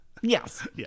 Yes